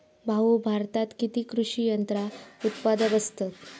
भाऊ, भारतात किती कृषी यंत्रा उत्पादक असतत